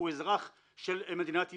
הוא אזרח של מדינת ישראל.